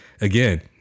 again